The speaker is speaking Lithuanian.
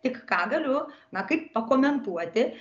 tik ką galiu na kaip pakomentuoti